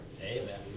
Amen